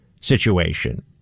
situation